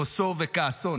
כוסו וכעסו.